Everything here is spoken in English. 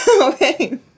Okay